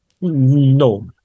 No